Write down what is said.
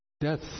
Death